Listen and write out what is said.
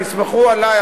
תסמכו עלי,